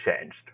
changed